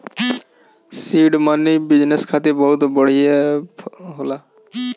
seed money business खातिर बहुते बढ़िया होला